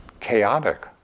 chaotic